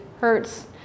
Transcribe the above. hertz